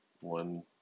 one